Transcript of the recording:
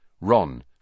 Ron